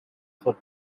for